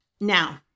Now